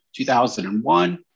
2001